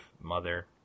Mother